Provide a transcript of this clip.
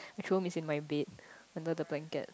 Jerome is in my bed under the blanket